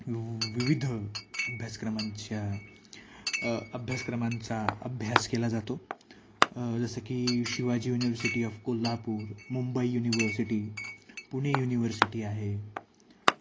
विव विविध अभ्यासक्रमांच्या अभ्यासक्रमांचा अभ्यास केला जातो जसं की Shivaji university of Kolhapur Mumbai university Pune university आहे